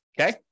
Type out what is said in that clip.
okay